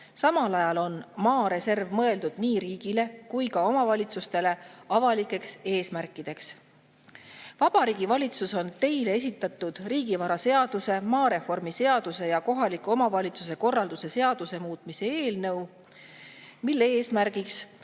Samal ajal on maareserv mõeldud nii riigile kui ka omavalitsustele avalikeks eesmärkideks. Vabariigi Valitsus on teile esitanud riigivaraseaduse, maareformi seaduse ja kohaliku omavalitsuse korralduse seaduse muutmise eelnõu, mille eesmärk